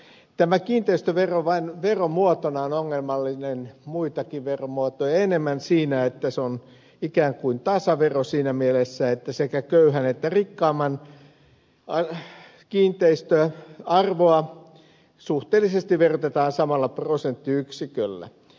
tämä kiinteistövero on vain ongelmallinen muitakin veromuotoja enemmän siinä että se on ikään kuin tasavero siinä mielessä että sekä köyhän että rikkaamman kiinteistön arvoa suhteellisesti verotetaan samalla prosenttiyksiköllä